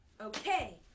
Okay